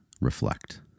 reflect